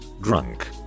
Drunk